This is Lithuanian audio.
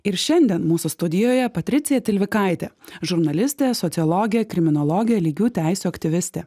ir šiandien mūsų studijoje patricija tilvikaitė žurnalistė sociologė kriminologė lygių teisių aktyvistė